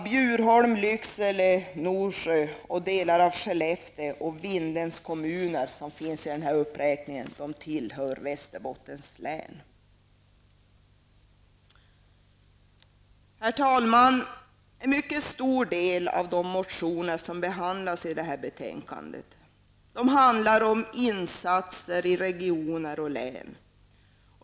Bjurholm, Lycksele, Norsjö, delar av Skellefteå och Vindelns kommuner, som finns med i denna uppräkning, tillhör Västerbottens län. Herr talman! En mycket stor del av de motioner som behandlas i detta betänkande avser insatser i regioner och län.